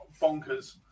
Bonkers